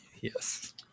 Yes